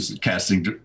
casting